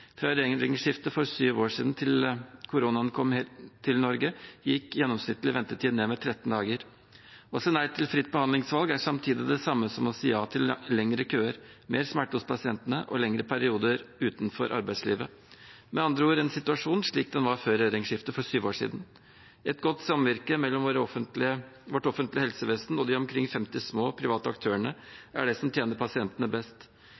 Fra regjeringsskiftet for syv år siden til koronaen kom til Norge, gikk gjennomsnittlig ventetid ned med 13 dager. Å si nei til fritt behandlingsvalg er det samme som å si ja til lengre køer, mer smerte hos pasientene og lengre perioder utenfor arbeidslivet, med andre ord en situasjon slik den var før regjeringsskiftet for syv år siden. Et godt samvirke mellom vårt offentlige helsevesen og de omkring 50 små private aktørene er det som tjener pasientene best.